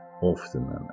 Often